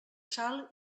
sal